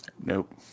Nope